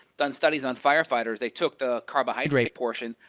done studies on firefighters, they took the carbohydrate portion,